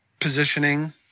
positioning